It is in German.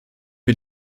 wir